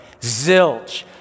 Zilch